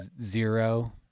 zero